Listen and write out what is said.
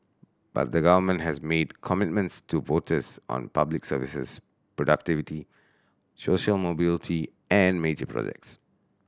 but the government has made commitments to voters on public services productivity social mobility and major projects